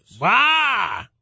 Wow